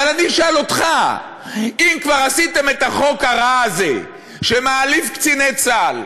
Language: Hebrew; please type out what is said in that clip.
אבל אני אשאל אותך: אם כבר עשיתם את החוק הרע הזה שמעליב קציני צה"ל,